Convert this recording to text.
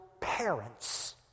parents